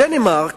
בדנמרק,